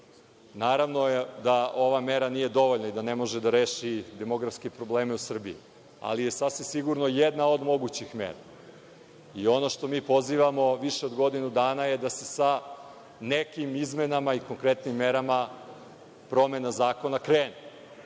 Naravno da ova mera nije dovoljna i da ne može da reši demografske probleme u Srbiji, ali je sasvim sigurno jedna od mogućih mera. Ono što mi pozivamo više od godinu dana je da se sa nekim izmenama i konkretnim merama promena zakona krene.